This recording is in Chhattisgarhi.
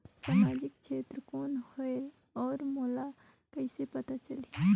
समाजिक क्षेत्र कौन होएल? और मोला कइसे पता चलही?